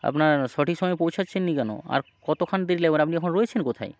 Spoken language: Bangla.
আপনার সঠিক সময়ে পৌঁছাচ্ছেন না কেন আর কতক্ষণ দেরি লাগবে আর আপনি এখন রয়েছেন কোথায়